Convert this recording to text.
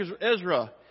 Ezra